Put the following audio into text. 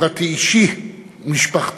פרטי אישי ומשפחתי,